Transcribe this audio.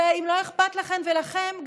ואם לא אכפת לכן ולכם,